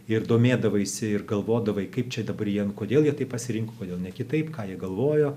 ir domėdavaisi ir galvodavai kaip čia dabar jie kodėl jie taip pasirinko kodėl ne kitaip ką jie galvojo